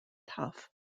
tuff